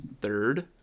third